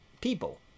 people